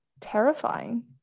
terrifying